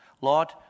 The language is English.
Lord